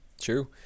true